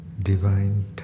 divine